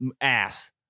ass